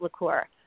liqueur